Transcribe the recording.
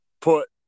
Put